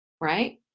right